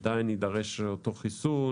עדיין יידרש חיסון,